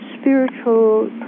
spiritual